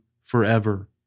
forever